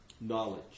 knowledge